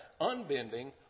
unbending